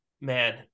man